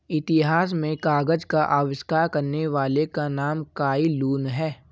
इतिहास में कागज का आविष्कार करने वाले का नाम काई लुन है